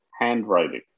Handwriting